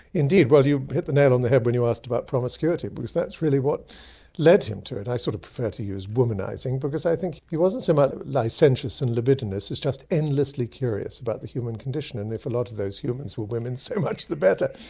indeed! well you hit the nail on the head when you asked about promiscuity, because that's really what led him to it. i sort of prefer to use womanizing because i think he wasn't so much licentious and libidinous, it's just endlessly curious about the human condition and if a lot of those humans were women, so much the better!